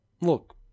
Look